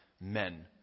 men